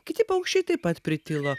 kiti paukščiai taip pat pritilo